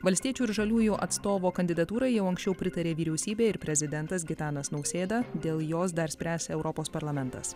valstiečių ir žaliųjų atstovo kandidatūrai jau anksčiau pritarė vyriausybė ir prezidentas gitanas nausėda dėl jos dar spręs europos parlamentas